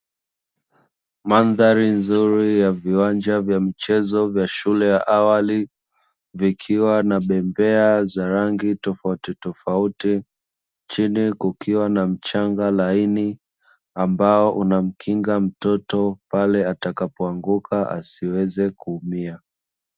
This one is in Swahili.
Mandhari nzuri ya viwanja vya michezo vya shule ya awali,.ikiwa na bembea za rangi tofautitofauti chini kukiwa na mchanga Laini ambao unamkinga mtoto pale atakapo anguka asiweze kutumia.